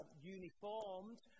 uniformed